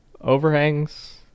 overhangs